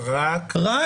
רק, נכון.